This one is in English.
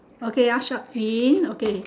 okay ah shark fin okay